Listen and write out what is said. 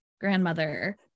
grandmother